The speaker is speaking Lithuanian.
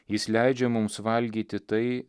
jis leidžia mums valgyti tai